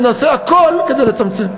ונעשה הכול כדי לצמצם.